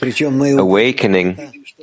awakening